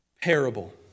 parable